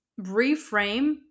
reframe